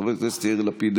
חבר הכנסת יאיר לפיד,